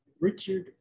Richard